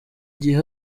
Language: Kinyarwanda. gihe